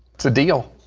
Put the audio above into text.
it's a deal.